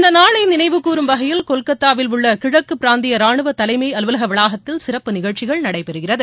இந்த நாளை நினைவுகூரும் வகையில் கொல்கத்தாவில் உள்ள கிழக்கு பிராந்திய ராணுவ தலைமை அலுவலக வளாகத்தில் சிறப்பு நிகழ்ச்சிகள் நடைபெறுகிறது